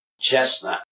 Chestnut